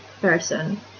person